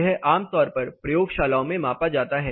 यह आमतौर पर प्रयोगशालाओं में मापा जाता है